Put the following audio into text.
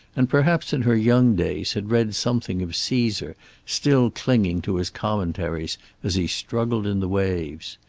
and perhaps in her young days had read something of caesar still clinging to his commentaries as he struggled in the waves.